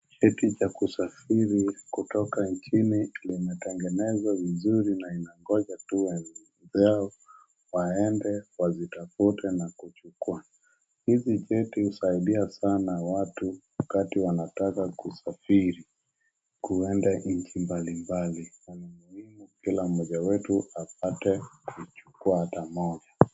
Cheti cha kusafiri kutoka nchini zimetengenezwa vizuri na inangoja tu waliopewa waende wazitafute na kuzichukua. Hizi cheti husaidia sana watu wakati wanataka kusafiri kwenda nchi mbalimbali, kila mmoja wetu apate kuchukua hata moja.